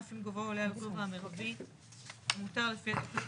אף אם גובהו עולה על הגובה המרבי המותר לפי התכנית